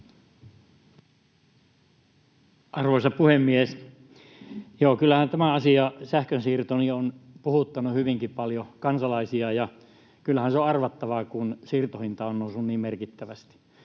Arvoisa puhemies! Joo, kyllähän tämä asia, sähkönsiirto, on puhuttanut hyvinkin paljon kansalaisia, ja kyllähän se on arvattavaa, kun siirtohinta on noussut niin merkittävästi.